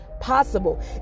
possible